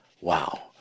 Wow